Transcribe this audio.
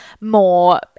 more